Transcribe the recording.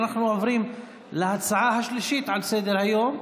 אנחנו עוברים להצעה השלישית המוצמדת שעל סדר-היום,